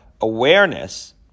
awareness